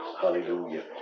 Hallelujah